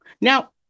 Now